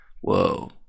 whoa